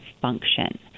function